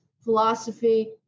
philosophy